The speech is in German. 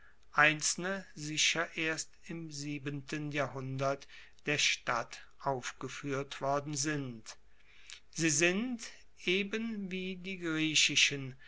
einzelne sicher erst im siebenten jahrhundert der stadt aufgefuehrt worden sind sie sind eben wie die